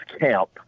camp